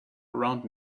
around